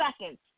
seconds